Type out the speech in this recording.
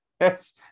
Yes